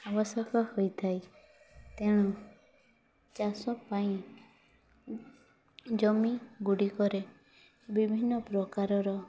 ଆବଶ୍ୟକ ହୋଇଥାଏ ତେଣୁ ଚାଷ ପାଇଁ ଜମି ଗୁଡ଼ିକରେ ବିଭିନ୍ନ ପ୍ରକାରର